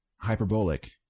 hyperbolic